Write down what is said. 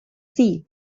sea